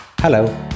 Hello